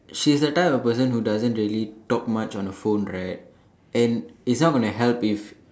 she's the type of person who doesn't really talk much on the phone right and it's not gonna help if